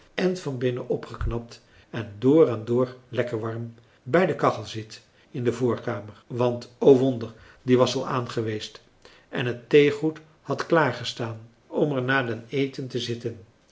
en van binnen opgeknapt en dr en dr lekker warm bij de kachel zit in de voorkamer want o wonder die was al aan geweest en het theegoed had klaar gestaan om er na den eten te zitten